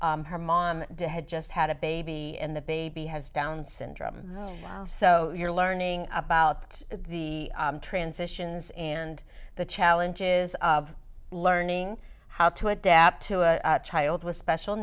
her mom had just had a baby and the baby has down's syndrome so you're learning about the transitions and the challenges of learning how to adapt to a child with special